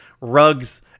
rugs